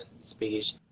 speech